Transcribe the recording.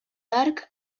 hark